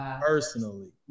personally